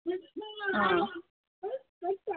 ಹಾಂ